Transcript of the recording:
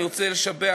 אני רוצה לשבח,